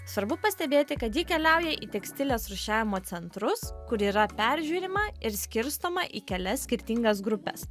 svarbu pastebėti kad ji keliauja į tekstilės rūšiavimo centrus kur yra peržiūrima ir skirstoma į kelias skirtingas grupes